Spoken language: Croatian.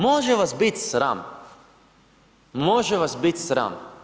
Može vas bit' sram, može vas bit' sram.